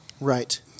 Right